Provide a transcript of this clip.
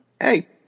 Hey